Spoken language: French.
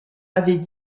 avaient